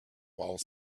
while